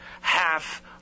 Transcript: half